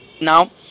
now